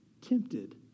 Tempted